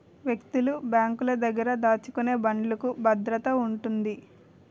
వ్యక్తులు బ్యాంకుల దగ్గర దాచుకునే బాండ్లుకు భద్రత ఉంటుంది